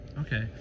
Okay